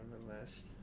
Nevertheless